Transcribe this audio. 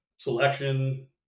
selection